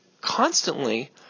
constantly